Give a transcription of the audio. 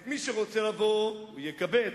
את מי שרוצה לבוא, הוא יקבץ,